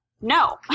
No